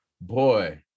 boy